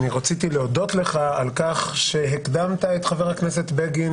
רציתי להודות לך על-כך שהקדמת את חבר הכנסת בגין